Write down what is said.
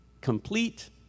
complete